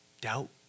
Doubt